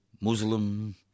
Muslim